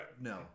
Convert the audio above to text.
no